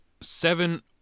seven